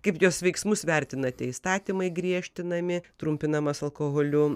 kaip jos veiksmus vertinate įstatymai griežtinami trumpinamas alkoholiu